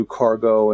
cargo